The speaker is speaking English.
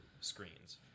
screens